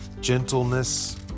gentleness